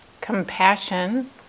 compassion